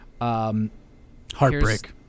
Heartbreak